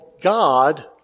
God